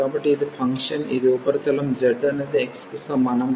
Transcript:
కాబట్టి ఇది ఫంక్షన్ ఇది ఉపరితలం z అనేది x కి సమానం